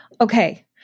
Okay